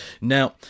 Now